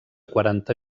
quaranta